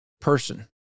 person